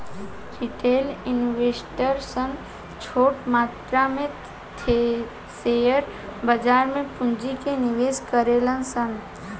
retail investor सन छोट मात्रा में शेयर बाजार में पूंजी के निवेश करेले सन